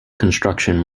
construction